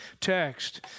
text